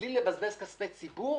בלי לבזבז כספי ציבור,